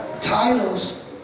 Titles